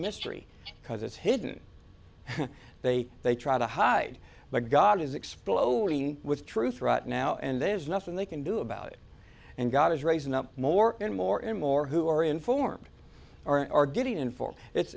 mystery because it's hidden they they try to hide but god is exploding with truth right now and there's nothing they can do about it and god is raising up more and more in more who are informed or are getting in